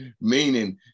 meaning